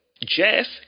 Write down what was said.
Jeff